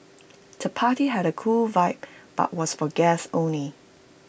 the party had A cool vibe but was for guests only